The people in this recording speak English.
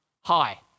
hi